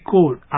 Code